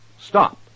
stop